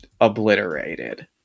obliterated